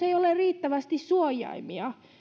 ei ole riittävästi suojaimia